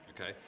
Okay